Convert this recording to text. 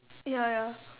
ya ya